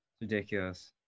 ridiculous